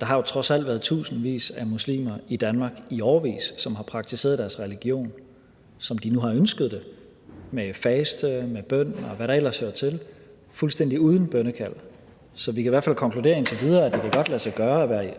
Der har jo trods alt været tusindvis af muslimer i Danmark i årevis, som har praktiseret deres religion, som de nu har ønsket det, med faste, med bøn, og hvad der ellers hører til, fuldstændig uden bønnekald. Så vi kan i hvert fald konkludere indtil videre, at det godt kan lade sig gøre at være